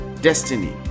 destiny